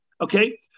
Okay